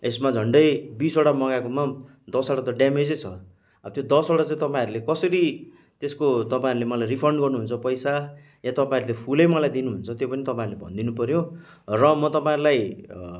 यसमा झन्डै बिसवटा मगाएकोमा दसवटा त ड्यामेजै छ अब त्यो दसवटा चाहिँ तपाईँहरूले कसरी त्यसको तपाईँहरूले मलाई रिफन्ड गर्नुहुन्छ पैसा या तपाईँहरूले फुलै मलाई दिनुहुन्छ त्यो पनि तपाईँहरूले भनिदिनुपऱ्यो र म तपाईँहरूलाई